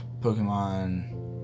Pokemon